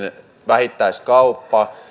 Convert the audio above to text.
vähittäiskaupassa